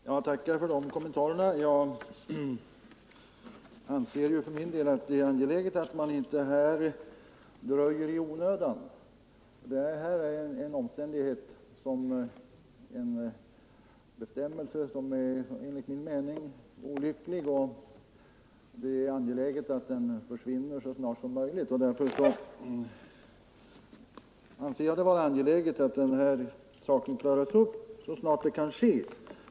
Herr talman! Jag tackar för de kommentarerna. Jag anser för min del Tisdagen den att det är angeläget att man här inte dröjer i onödan. Detta är en be — 19 november 1974 stämmelse som enligt min mening är olycklig, och det är angeläget att den försvinner så snart som möjligt. Därför bör saken klaras upp så snart — Ang. sammansättdet kan ske.